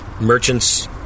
merchants